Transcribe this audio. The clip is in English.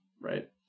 Right